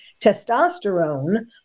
testosterone